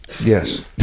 Yes